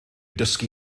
dysgu